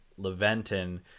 leventon